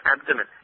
abdomen